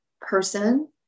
person